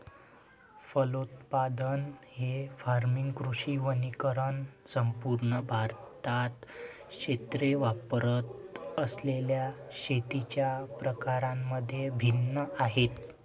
फलोत्पादन, ley farming, कृषी वनीकरण संपूर्ण भारतात क्षेत्रे वापरत असलेल्या शेतीच्या प्रकारांमध्ये भिन्न आहेत